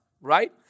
right